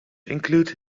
include